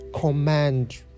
command